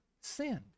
sinned